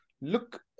look